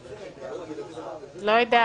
זה כן חל עליהם אבל הטיפול הוא לא טיפול עונשי רגיל אלא